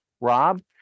Rob